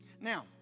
Now